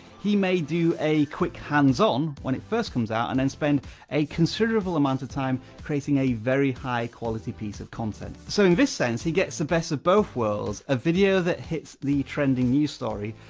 he may do a quick hands on when it first comes out, and then spend a considerable amount of time creating a very high quality piece of content. so in this sense, he gets the best of both worlds, a video that hits the trending new story,